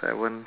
seven